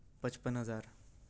پچپن ہزار